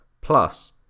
Plus